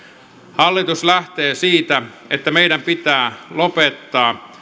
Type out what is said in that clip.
hallitus lähtee siitä että meidän pitää lopettaa